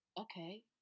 okay